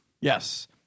Yes